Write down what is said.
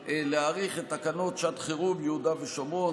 להאריך את תקנות שעת חירום (יהודה והשומרון,